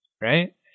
Right